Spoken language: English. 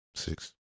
six